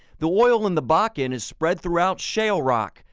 the oil in the bakken is spread throughout shale rock,